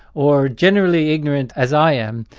or generally ignorant, as i am,